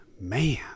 man